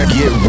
Get